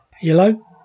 Yellow